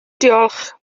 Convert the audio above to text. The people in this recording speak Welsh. diolch